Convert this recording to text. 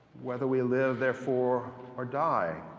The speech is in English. whether we live therefore or die,